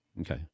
Okay